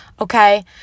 okay